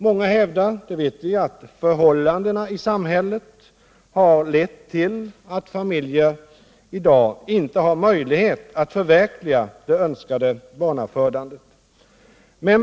Många hävdar att förhållandena i samhället har lett till att familjer i dag inte har möjlighet att förverkliga det önskade barnafödandet.